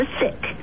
sick